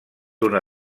una